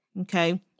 Okay